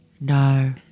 No